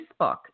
Facebook